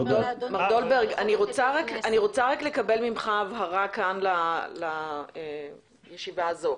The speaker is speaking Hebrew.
דולברג, אני רק רוצה לקבל ממך הבהרה לישיבה הזו.